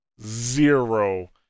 zero